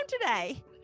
today